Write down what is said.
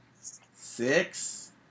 six